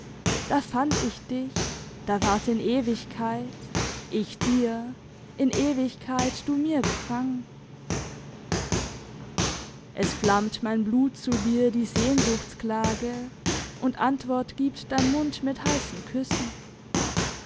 da fand ich dich da ward in ewigkeit ich dir in ewigkeit du mir gefangen es flammt mein blut zu dir die sehnsuchtsklage und antwort gibt dein mund mit heissen küssen